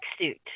suit